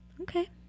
Okay